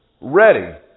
ready